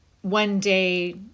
one-day